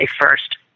first